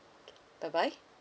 bye bye